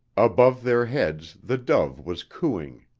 above their heads the dove was cooing.